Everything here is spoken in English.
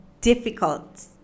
Difficult